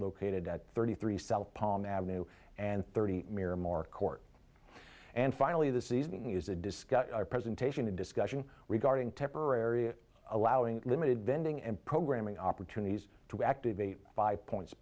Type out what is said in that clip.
located at thirty three cell palm avenue and thirty miramar court and finally the season is a disco presentation a discussion regarding temporary allowing limited bending and programming opportunities to activate by points